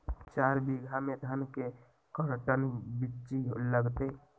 चार बीघा में धन के कर्टन बिच्ची लगतै?